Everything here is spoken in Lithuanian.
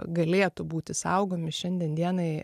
galėtų būti saugomi šiandien dienai